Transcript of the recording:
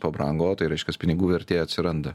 pabrango o tai reiškias pinigų vertė atsiranda